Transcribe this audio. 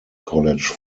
college